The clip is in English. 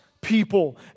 people